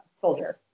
soldier